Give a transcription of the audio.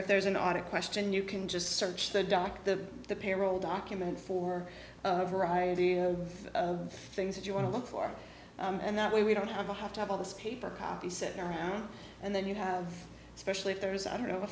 if there's an audit question you can just search the doc the the payroll document for a variety of things that you want to look for and that way we don't have to have to have all this paper copy set around and then you have especially if there is i don't know a